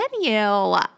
menu